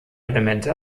elemente